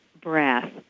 breath